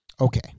okay